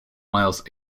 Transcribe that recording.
miles